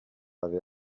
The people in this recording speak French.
avait